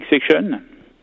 section